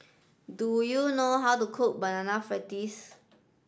do you know how to cook banana fritters